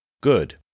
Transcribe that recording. Good